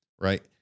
right